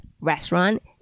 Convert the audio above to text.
restaurant